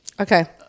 Okay